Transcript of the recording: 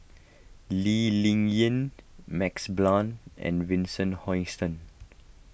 Lee Ling Yen Max Blond and Vincent Hoisington